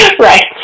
Right